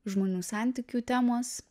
žmonių santykių temos